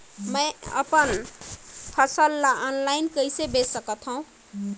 मैं अपन फसल ल ऑनलाइन कइसे बेच सकथव?